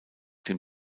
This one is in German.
dem